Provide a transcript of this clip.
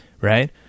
right